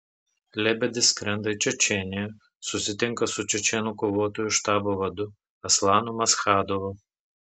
lebedis skrenda į čečėniją susitinka su čečėnų kovotojų štabo vadu aslanu maschadovu